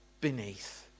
beneath